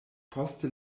poste